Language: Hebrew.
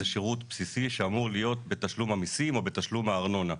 שזה שירות בסיסי שאמור להיות מתוך תשלום המיסים או מתשלום הארנונה.